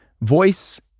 voice